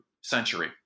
century